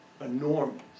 enormous